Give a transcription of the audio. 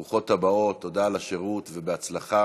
ברוכות הבאות, תודה על השירות ובהצלחה